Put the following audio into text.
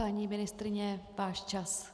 Paní ministryně, váš čas!